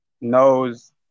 knows